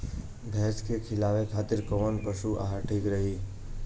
भैंस के खिलावे खातिर कोवन पशु आहार ठीक रही?